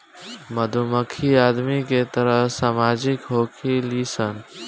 मधुमक्खी आदमी के तरह सामाजिक होखेली सन